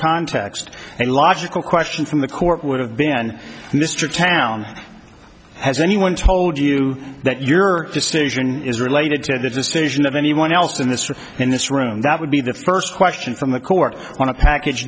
context a logical question from the court would have been mr town has anyone told you that your decision is related to the decision of anyone else in this or in this room that would be the first question from the court on a package